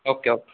okay okay